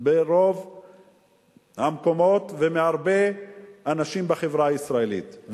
ברוב המקומות ומהרבה אנשים בחברה הישראלית.